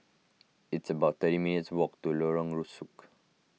it's about thirty minutes' walk to Lorong Rusuk